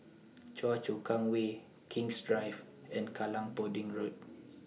Choa Chu Kang Way King's Drive and Kallang Pudding Road